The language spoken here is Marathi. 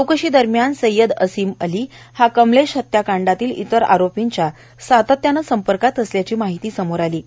चौकशी दरम्यान सय्यद असिम अली हा कमलेश हत्याकांडातील इतर आरोपींच्या सातत्यानं संपर्कात असल्याची माहिती समोर आली आहे